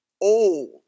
old